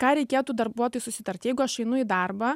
ką reikėtų darbuotojui susitart jeigu aš einu į darbą